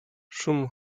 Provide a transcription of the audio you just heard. szum